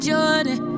Jordan